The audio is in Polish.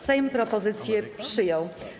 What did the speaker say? Sejm propozycję przyjął.